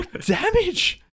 Damage